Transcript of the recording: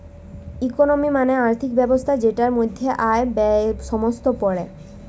economy মানে আর্থিক ব্যবস্থা যেটার মধ্যে আয়, ব্যয়ে সমস্ত পড়ে